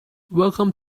welcome